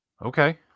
Okay